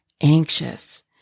anxious